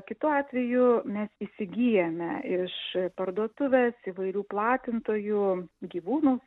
kitu atveju mes įsigyjame iš parduotuvės įvairių platintojų gyvūnus